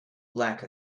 lack